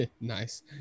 nice